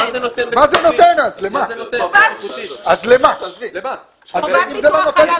"שיחדלו להתקיים בהם פסקות 7-1 להגדרה "אופניים עם מנוע עזר",